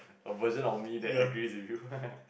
a version of me that agree with you